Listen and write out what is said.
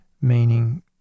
meaning